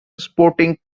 sporting